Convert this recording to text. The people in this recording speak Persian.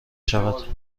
شود